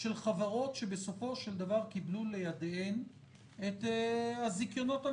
של חברות שבסופו של דבר קיבלו לידיהן את הזיכיונות על